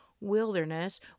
wilderness